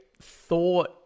thought